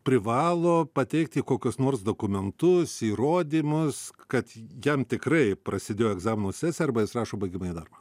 privalo pateikti kokius nors dokumentus įrodymus kad jam tikrai prasidėjo egzaminų sesija arba jis rašo baigiamąjį darbą